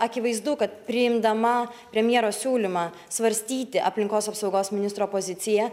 akivaizdu kad priimdama premjero siūlymą svarstyti aplinkos apsaugos ministro poziciją